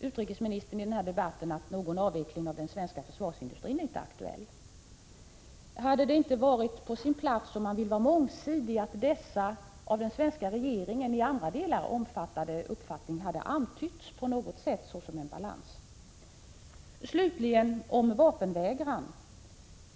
Utrikesministern har vidare sagt att någon avveckling av den svenska försvarsindustrin inte är aktuell. Hade det inte varit på sin plats, om man vill vara mångsidig, att den svenska regeringens uppfattning i dessa delar på något sätt antytts såsom en balans? Allra sist detta med vapenvägran.